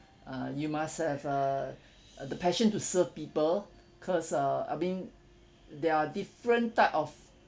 uh you must have a uh the passion to serve people cause uh I mean there are different type of